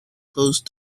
close